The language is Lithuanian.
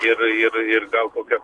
ir ir ir gal kokio